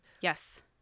Yes